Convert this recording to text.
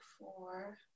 four